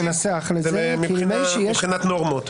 זה מבחינת נורמות.